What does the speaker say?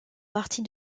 partie